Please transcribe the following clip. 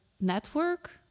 network